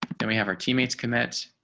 then we have our teammates commit,